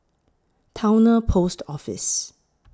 Towner Post Office